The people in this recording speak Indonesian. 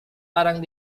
barang